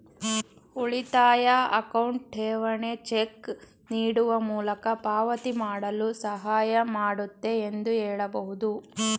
ಉಳಿತಾಯ ಅಕೌಂಟ್ ಠೇವಣಿ ಚೆಕ್ ನೀಡುವ ಮೂಲಕ ಪಾವತಿ ಮಾಡಲು ಸಹಾಯ ಮಾಡುತ್ತೆ ಎಂದು ಹೇಳಬಹುದು